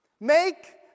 Make